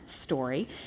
story